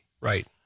Right